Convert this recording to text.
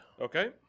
Okay